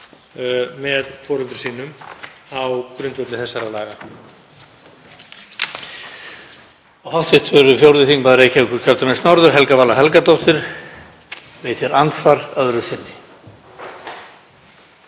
með foreldrum sínum á grundvelli þessara laga.